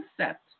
concept